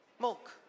milk